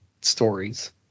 stories